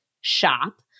Shop